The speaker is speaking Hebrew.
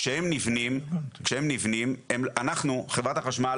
כשהבתים האלה נבנים אנחנו חברת החשמל,